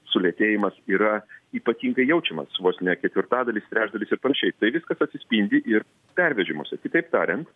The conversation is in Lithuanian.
sulėtėjimas yra ypatingai jaučiamas vos ne ketvirtadalis trečdalis ir panašiai tai viskas atsispindi ir pervežimuose kitaip tariant